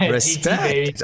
Respect